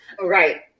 Right